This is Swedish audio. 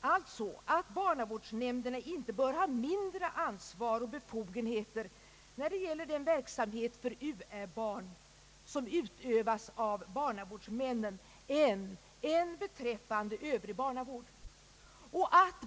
alltså att barnavårdsnämnderna inte bör ha mindre ansvar och befogenheter när det gäller den verksamhet för uä-barn som utövas av barnavårdsmännen än beträffande övrig barnavård.